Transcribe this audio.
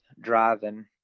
driving